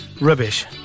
Rubbish